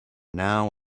now